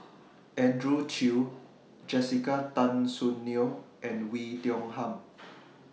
Andrew Chew Jessica Tan Soon Neo and Oei Tiong Ham